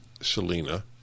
Selena